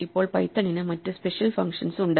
ഇപ്പോൾ പൈത്തണിന് മറ്റ് സ്പെഷ്യൽ ഫങ്ഷൻസ് ഉണ്ട്